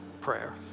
prayer